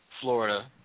Florida